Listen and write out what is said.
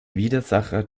widersacher